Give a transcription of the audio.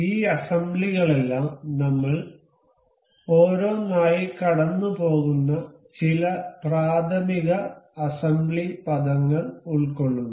ഈ അസംബ്ലികളിലെല്ലാം നമ്മൾ ഓരോന്നായി കടന്നുപോകുന്ന ചില പ്രാഥമിക അസംബ്ലി പദങ്ങൾ ഉൾക്കൊള്ളുന്നു